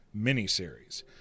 miniseries